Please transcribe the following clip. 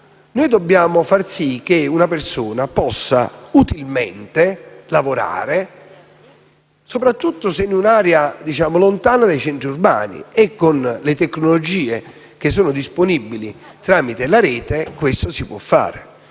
caro. Dobbiamo far sì che una persona possa utilmente lavorare, soprattutto in un'area lontana dai centri urbani; con le tecnologie disponibili tramite la rete, questo si può fare.